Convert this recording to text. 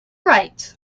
right